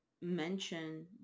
mention